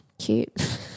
cute